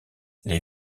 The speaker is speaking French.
les